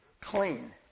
clean